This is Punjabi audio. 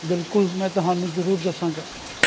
ਬਿਲਕੁਲ ਮੈਂ ਤੁਹਾਨੂੰ ਜ਼ਰੂਰ ਦੱਸਾਂਗਾ